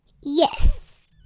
Yes